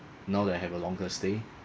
now that I have a longer stay